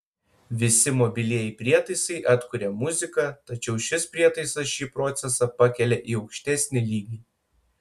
visi mobilieji prietaisai atkuria muziką tačiau šis prietaisas šį procesą pakelia į aukštesnį lygį